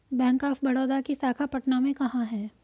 Bank of Baroda की शाखा पटना में कहाँ है?